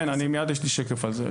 כן, מיד יש לי שקף על זה.